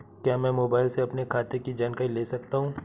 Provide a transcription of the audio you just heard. क्या मैं मोबाइल से अपने खाते की जानकारी ले सकता हूँ?